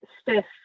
stiff